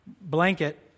blanket